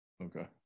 Okay